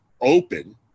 open